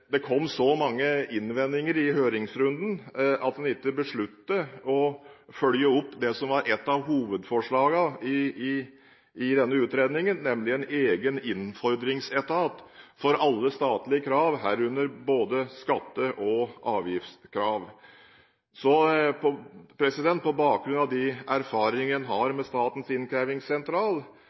Det kom så mange innvendinger i høringsrunden at en besluttet ikke å følge opp det som var et av hovedforslagene i denne utredningen, nemlig en egen innfordringsetat for alle statlige krav, herunder både skattekrav og avgiftskrav. På bakgrunn av de erfaringer en har med Statens innkrevingssentral,